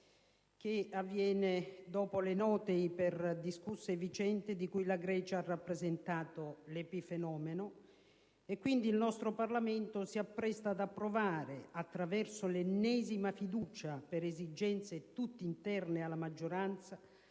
che avviene dopo le note e iperdiscusse vicende di cui la Grecia ha rappresentato l'epifenomeno. Il Parlamento si appresta ad approvare, attraverso l'ennesima fiducia per esigenze tutte interne alla maggioranza,